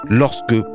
lorsque